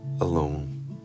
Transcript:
alone